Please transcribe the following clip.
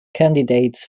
candidates